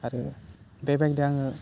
आरो बे बायदि आङो